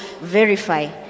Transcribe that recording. verify